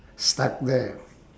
stuck there